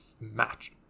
match